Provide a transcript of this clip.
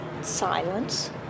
silence